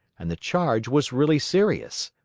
and the charge was really serious.